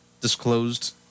disclosed